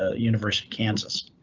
ah university, kansas.